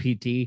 PT